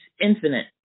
infinite